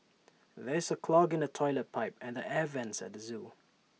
there is A clog in the Toilet Pipe and the air Vents at the Zoo